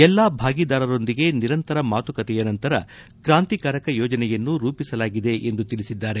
ಎಲ್ಲಾ ಭಾಗೀದಾರರೊಂದಿಗೆ ನಿರಂತರ ಮಾತುಕತೆಯ ನಂತರ ಕ್ರಾಂತಿಕಾರಿಕ ಯೋಜನೆಯನ್ನು ರೂಪಿಸಲಾಗಿದೆ ಎಂದು ತಿಳಿಸಿದ್ದಾರೆ